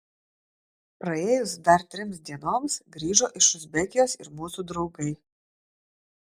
praėjus dar trims dienoms grįžo iš uzbekijos ir mūsų draugai